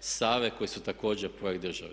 Save koji su također projekt države.